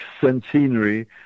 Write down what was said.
centenary